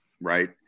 right